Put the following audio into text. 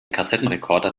kassettenrekorder